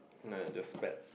not the spad